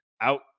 out